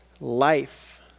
life